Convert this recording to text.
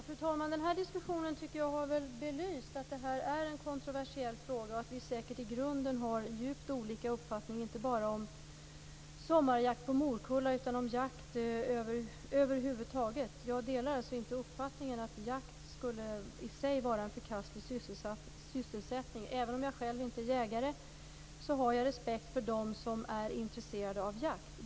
Fru talman! Denna diskussion tycker jag har belyst att det här är en kontroversiell fråga och att vi säkert i grunden har djupt olika uppfattning inte bara om sommarjakt på morkulla utan om jakt över huvud taget. Jag delar alltså inte uppfattningen att jakt i sig skulle vara en förkastlig sysselsättning. Även om jag själv inte är jägare har jag respekt för dem som är intresserade av jakt.